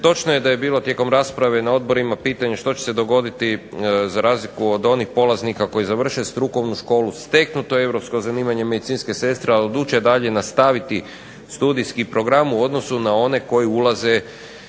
točno je da je bilo tijekom rasprave na odborima pitanja što će se dogoditi za razliku od onih polaznika koji završe strukovnu školu steknuto europsko zanimanje medicinske sestre, a odluče dalje nastaviti studijski program, u odnosu na one koji ulaze